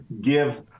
give